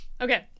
Okay